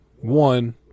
One